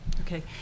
Okay